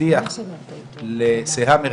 הבטיח לסיהאם אגברייה,